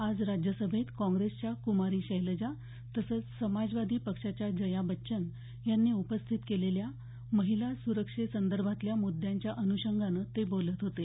आज राज्यसभेत काँग्रेसच्या कुमारी शैलजा तसंच समाजवादी पक्षाच्या जया बच्चन यांनी उपस्थित केलेल्या महिला सुरक्षे संदर्भातल्या मुद्यांच्या अनुषंगानं ते बोलत होते